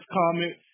comment